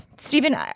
Stephen